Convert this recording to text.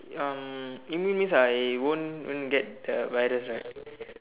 um immune means I won't even get the virus right